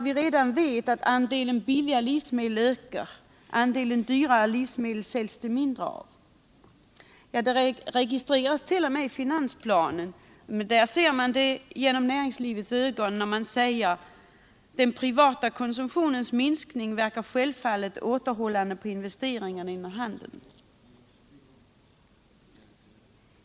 Vi vet att andelen billiga livsmedel ökar, medan det säljs mindre av andelen dyrare livsmedel. Ja, det registreras t.o.m. i finansplanen — dock sett genom näringslivets ögon — på så sätt att där konstateras att den privata konsumtionens minskning självfallet verkar återhållande på investeringarna inom handeln.